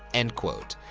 end quote.